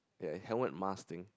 ya helmet mask thing